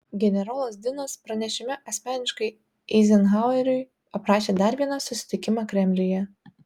generolas dinas pranešime asmeniškai eizenhaueriui aprašė dar vieną susitikimą kremliuje